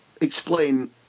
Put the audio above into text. explain